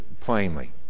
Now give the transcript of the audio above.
plainly